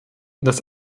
dass